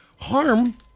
harm